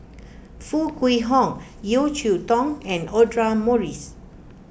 Foo Kwee Horng Yeo Cheow Tong and Audra Morrice